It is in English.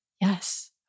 yes